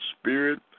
spirit